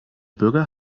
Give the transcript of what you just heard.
bürger